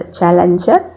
Challenger